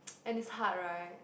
and it's hard right